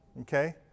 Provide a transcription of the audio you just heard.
Okay